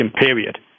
period